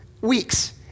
weeks